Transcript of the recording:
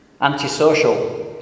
antisocial